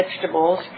vegetables